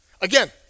Again